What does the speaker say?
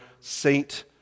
saint